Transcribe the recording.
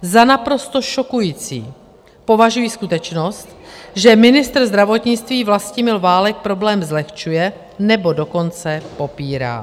Za naprosto šokující považuji skutečnost, že ministr zdravotnictví Vlastimil Válek problém zlehčuje, nebo dokonce popírá.